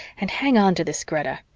and hang onto this, greta.